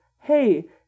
hey